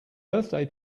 birthday